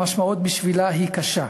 המשמעות בשבילה היא קשה.